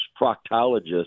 proctologists